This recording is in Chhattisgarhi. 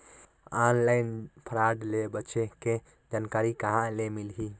ऑनलाइन फ्राड ले बचे के जानकारी कहां ले मिलही?